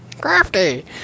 Crafty